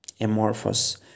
amorphous